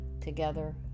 together